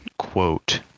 quote